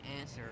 answer